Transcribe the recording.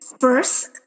first